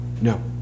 no